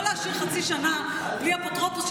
לא להשאיר חצי שנה בלי אפוטרופוס,